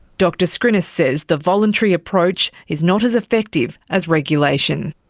dr scrinis says the voluntary approach is not as effective as regulation.